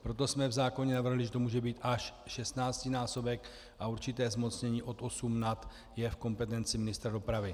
Proto jsme v zákoně uvedli, že to může být až šestnáctinásobek a určité zmocnění od osmnácti je v kompetenci ministra dopravy.